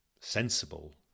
sensible